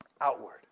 outward